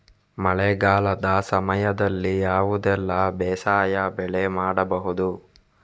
ಮಳೆಗಾಲದ ಸಮಯದಲ್ಲಿ ಯಾವುದೆಲ್ಲ ಬೇಸಾಯ ಬೆಳೆ ಮಾಡಬಹುದು?